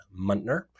Muntner